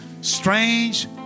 Strange